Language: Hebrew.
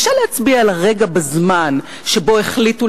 קשה להצביע על הרגע בזמן שבו החליטו